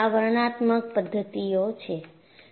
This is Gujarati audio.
આ વર્ણનાત્મક પદ્ધતિઓછે